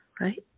right